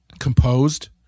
Composed